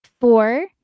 Four